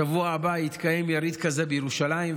בשבוע הבא יתקיים יריד כזה בירושלים,